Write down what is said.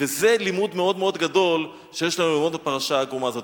וזה לימוד מאוד מאוד גדול שיש לנו ללמוד בפרשה העגומה הזאת.